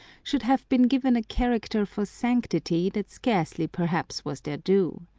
should have been given a character for sanctity that scarcely perhaps was their due.